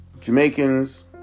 Jamaicans